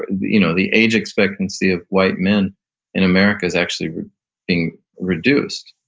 you know the age expectancy of white men in america is actually being reduced.